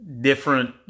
different